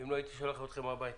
אם לא, הייתי שולח אתכם עכשיו הביתה.